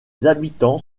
habitants